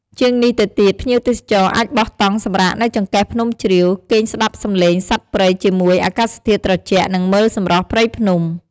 ជាងនេះទៅទៀត ភ្ញៀវទេសចរអាចបោះតង់សម្រាកនៅចង្កេះភ្នំជ្រាវ គេងស្ដាប់សំឡេងសត្វព្រៃជាមួយអាកាសធាតុត្រជាក់ និងមើលសម្រស់ព្រៃភ្នំ។